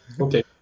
okay